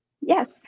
Yes